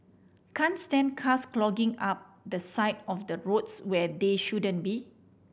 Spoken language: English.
can't stand cars clogging up the side of the roads where they shouldn't be